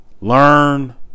Learn